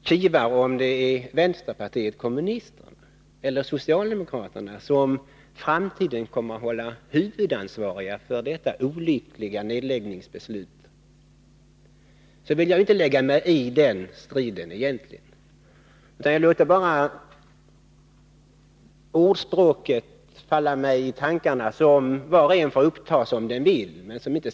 och diskuterar om det blir vänsterpartiet kommunisterna eller socialdemokraterna som i framtiden kommer att hållas huvudansvariga för det olyckliga nedläggningsbeslutet, så vill jag egentligen inte lägga mig i den striden. Det är bara ett ordspråk som faller mig i tankarna, och detta får var och en uppta som han eller hon vill.